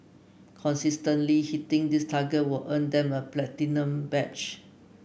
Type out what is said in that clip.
consistently hitting this target will earn them a platinum badge